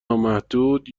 نامحدود